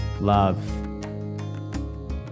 love